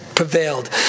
prevailed